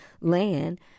land